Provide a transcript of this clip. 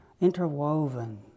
interwoven